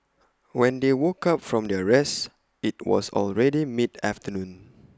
when they woke up from their rest IT was already mid afternoon